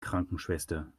krankenschwester